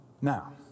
Now